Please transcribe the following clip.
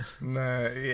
No